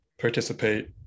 participate